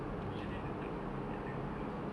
usually letak oh like telur kat dalam Maggi